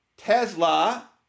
Tesla